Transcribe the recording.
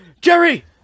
Jerry